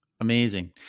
Amazing